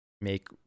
make